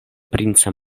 princa